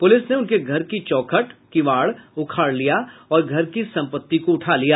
police ने उनके घर की चौखट किवाड़ उखाड़ लिया और घर की संपत्ति को उठा लिया